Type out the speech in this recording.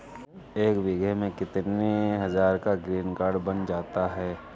एक बीघा में कितनी हज़ार का ग्रीनकार्ड बन जाता है?